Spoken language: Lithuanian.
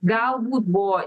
galbūt buvo